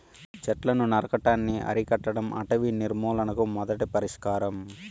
చెట్లను నరకటాన్ని అరికట్టడం అటవీ నిర్మూలనకు మొదటి పరిష్కారం